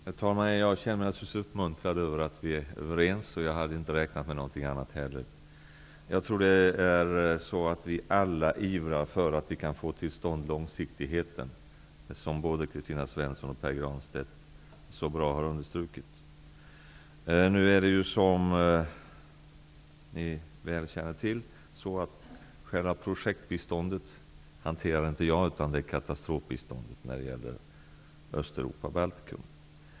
Herr talman! Jag känner mig naturligtvis uppmuntrad över att vi är överens. Jag hade inte heller väntat mig något annat. Jag tror att vi alla ivrar för att få till stånd den långsiktighet som både Kristina Svensson och Pär Granstedt har understrukit behovet av. Som ni väl känner till har jag inte hand om projektbiståndet, utan katastrofbiståndet när det gäller Östeuropa och Baltikum.